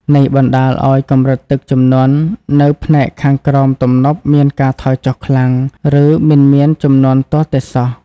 នេះបណ្តាលឱ្យកម្រិតទឹកជំនន់នៅផ្នែកខាងក្រោមទំនប់មានការថយចុះខ្លាំង ឬមិនមានជំនន់ទាល់តែសោះ។